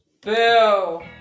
Boo